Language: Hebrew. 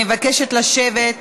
אני מבקשת לשבת.